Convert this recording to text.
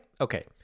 Okay